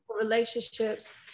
relationships